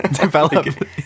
develop